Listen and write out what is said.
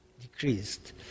decreased